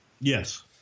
Yes